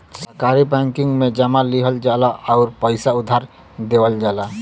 सहकारी बैंकिंग में जमा लिहल जाला आउर पइसा उधार देवल जाला